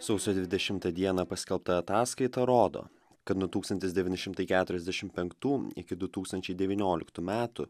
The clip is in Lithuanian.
sausio dvidešimtą dieną paskelbta ataskaita rodo kad nuo tūkstantis devyni šimtai keturiasdešim penktų iki du tūkstančiai devynioliktų metų